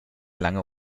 lange